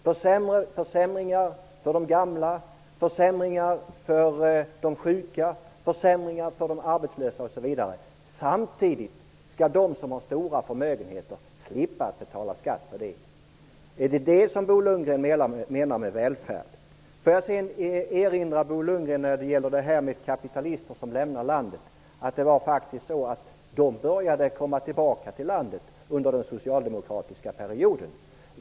Det innebär försämringar för de gamla, sjuka, arbetslösa osv. Samtidigt skall de som har stora förmögenheter slippa att betala skatt på dem. Är det detta Bo Lundgren menar med välfärd? När det gäller detta med kapitalister som lämnar landet vill jag erinra Bo Lundgren om att de faktiskt började komma tillbaka till landet under den socialdemokratiska perioden.